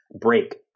break